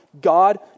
God